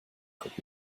could